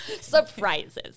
surprises